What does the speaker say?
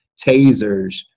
tasers